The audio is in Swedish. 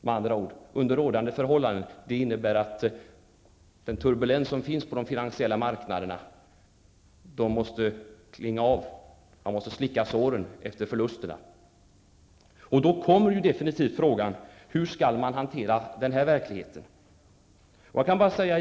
Med andra ord innebär ''under rådande förhållande'' att den turbulens som finns på de finansiella marknaderna måste klinga av. Man måste slicka såren efter förlusterna. Då uppstår frågan: Hur skall man hantera denna verklighet?